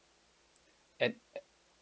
and